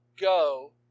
go